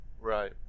Right